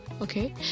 okay